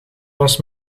was